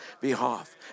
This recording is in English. behalf